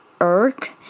irk